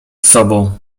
sobą